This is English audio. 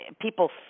people